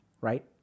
right